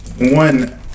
one